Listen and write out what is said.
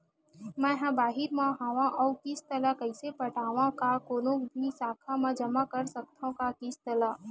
मैं हा बाहिर मा हाव आऊ किस्त ला कइसे पटावव, का कोनो भी शाखा मा जमा कर सकथव का किस्त ला?